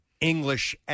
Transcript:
English